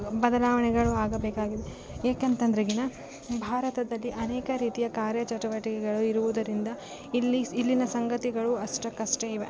ಬದಲಾವಣೆಗಳು ಆಗಬೇಕಾಗಿದೆ ಏಕೆಂತದ್ರೆಗಿನ ಭಾರತದಲ್ಲಿ ಅನೇಕ ರೀತಿಯ ಕಾರ್ಯ ಚಟುವಟಿಕೆಗಳು ಇರುವುದರಿಂದ ಇಲ್ಲಿ ಇಲ್ಲಿನ ಸಂಗತಿಗಳು ಅಷ್ಟಕ್ಕೆ ಅಷ್ಟೇ ಇವೆ